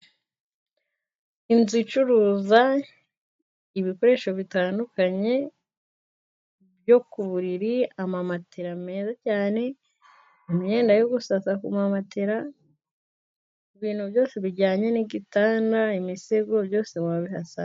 Inzu icuruza ibikoresho bitandukanye byo ku buriri; amamatera meza cyane, imyenda yo gusasa ku mamatera, ibintu byose bijyanye n'igitanda, imisego, byose wabihasanga.